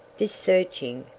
this searching,